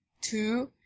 two